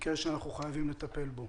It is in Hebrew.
מקרה שאנחנו חייבים לטפל בו.